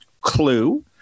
Clue